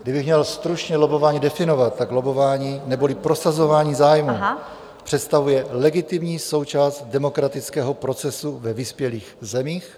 Kdybych měl stručně lobbování definovat, tak lobbování neboli prosazování zájmů představuje legitimní součást demokratického procesu ve vyspělých zemích.